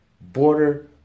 border